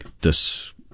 ...dus